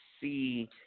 see